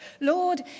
Lord